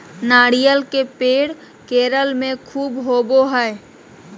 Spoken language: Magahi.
नारियल के पेड़ केरल में ख़ूब होवो हय